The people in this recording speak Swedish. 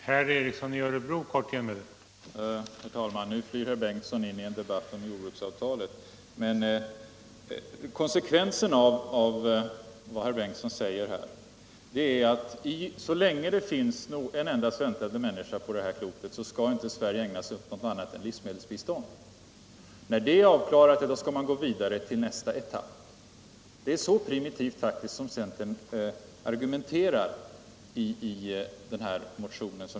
Herr talman! Nu flyr herr Bengtson in i en debatt om jordbruksavtalet. Konsekvensen av vad herr Bengtson säger är att så länge det finns en enda svältande människa på det här klotet skall inte Sverige ägna sig åt något annat än livsmedelsbistånd. När det är avklarat skall man gå vidare till nästa etapp. Det är faktiskt så primitivt som centern argumenterar i motionen.